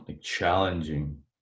challenging